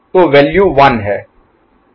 तो वैल्यू 1 है